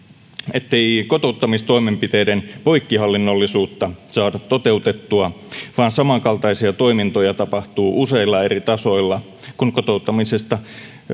ettei kotouttamistoimenpiteiden poikkihallinnollisuutta saada toteutettua vaan samankaltaisia toimintoja tapahtuu useilla eri tasoilla kun kotouttamisesta